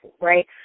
right